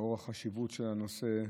לאור החשיבות של הנושא,